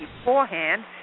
beforehand